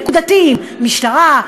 נקודתיים: משטרה,